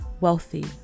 wealthy